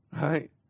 right